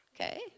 okay